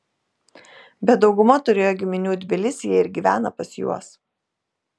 bet dauguma turėjo giminių tbilisyje ir gyvena pas juos